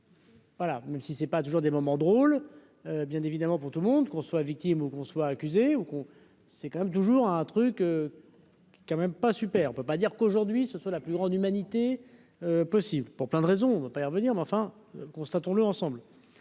Voilà, même si c'est pas toujours des moments drôles, bien évidemment, pour tout le monde qu'on soit victime ou qu'on soit accusé ou qu'on c'est quand même toujours à un truc quand même pas super, on peut pas dire qu'aujourd'hui ce soit la plus grande humanité possible pour plein de raisons, on va pas y revenir, mais enfin, constatons-le ensemble.